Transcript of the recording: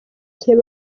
gihe